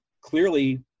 clearly